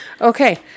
Okay